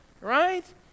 right